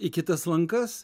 į kitas lankas